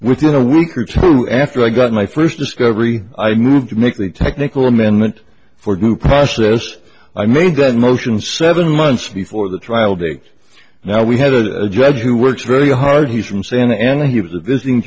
within a week or two after i got my first discovery i moved to make the technical amendment for due process i made that motion seven months before the trial date now we had a judge who works very hard he's from santa ana he was a visiting